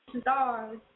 stars